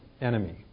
enemy